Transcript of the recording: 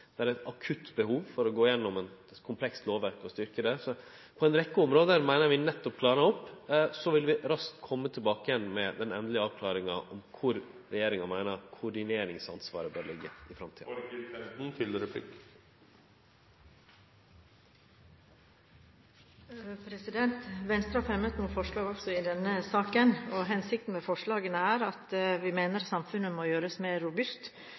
Det er eit akutt behov for å gå igjennom eit komplekst lovverk og styrkje det. Så på ei rekkje område er vi nøydde til å klare opp. Så vil vi raskt kome tilbake med den endelege avklaringa av kor regjeringa meiner at koordineringsansvaret bør liggje i framtida. Venstre har fremmet noen forslag også i denne saken. Hensikten med forslagene er at vi mener at samfunnet må gjøres mer robust